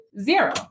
zero